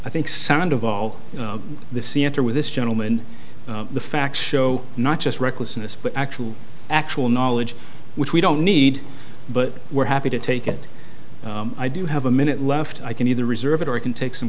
i think sound of all the c n tower with this gentleman the facts show not just recklessness but actual actual knowledge which we don't need but we're happy to take it i do have a minute left i can either reserve it or i can take some